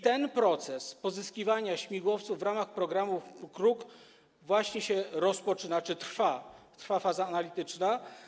Ten proces pozyskiwania śmigłowców w ramach programu „Kruk” właśnie się rozpoczyna czy trwa, trwa faza analityczna.